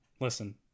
Listen